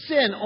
Sin